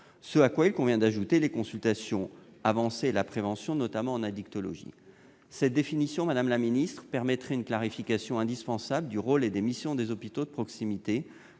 Ce à quoi il convient d'ajouter les consultations avancées et la prévention, notamment en addictologie. Madame la ministre, cette définition permettrait une clarification indispensable du rôle et des missions des hôpitaux de proximité